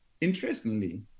Interestingly